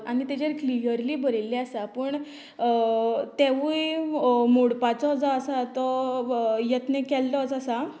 आनी तेजेर क्लियरली बरयिल्लें आसा पूण तेंवूय मोडपाचो जो आसा तो यत्न केल्लोच आसा